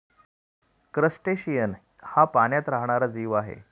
crustacean हा पाण्यात राहणारा जीव आहे